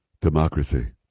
democracy